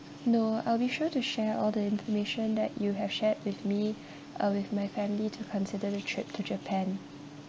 no I'll be sure to share all the information that you have shared with me uh with my family to consider the trip to japan